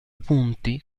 punti